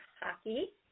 hockey